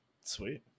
Sweet